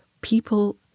people